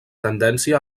tendència